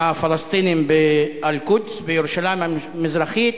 הפלסטיניים באל-קודס, בירושלים המזרחית.